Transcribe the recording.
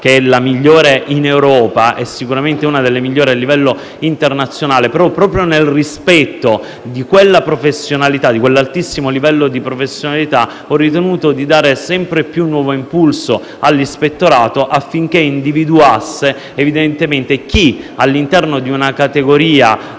che è la migliore in Europa e sicuramente una delle migliori a livello internazionale, proprio nel rispetto di quell'altissimo livello di professionalità, ho ritenuto di dare sempre maggiore impulso all'ispettorato affinché individuasse chi, all'interno di una categoria